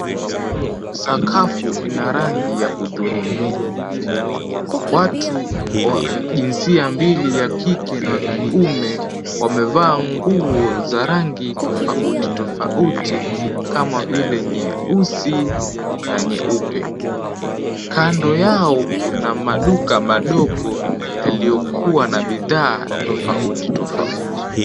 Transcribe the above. Sakafu ina rangi ya hudhurungi. Watu wa jinsia mbili, ya kike na ya kiume, wamevaa nguo za rangi tofauti tofauti kama vile nyeusi na nyeupe. Kando yao kuna maduka madogo yaliyokuwa na bidhaa tofauti tofauti.